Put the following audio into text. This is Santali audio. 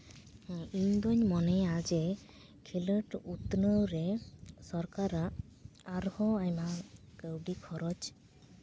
ᱤᱧ ᱫᱚᱹᱧ ᱢᱚᱱᱮᱭᱟ ᱡᱮ ᱠᱷᱮᱞᱳᱰ ᱩᱛᱱᱟᱹᱣ ᱨᱮ ᱥᱚᱨᱠᱟᱨᱟᱜ ᱟᱨᱦᱚᱸ ᱟᱭᱢᱟ ᱠᱟᱹᱣᱰᱤ ᱠᱷᱚᱨᱚᱪ